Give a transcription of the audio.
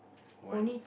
one